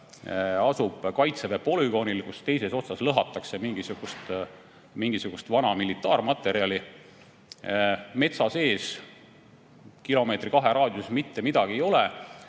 asub kaitseväe polügoonil, kus teises otsas lõhatakse mingisugust vana militaarmaterjali. Metsa sees kilomeetri või kahe raadiuses mitte midagi ei ole,